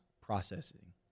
processing